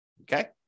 Okay